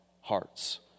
hearts